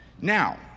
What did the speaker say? Now